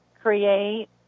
create